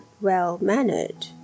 well-mannered